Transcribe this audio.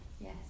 Yes